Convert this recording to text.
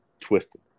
twisted